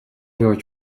явж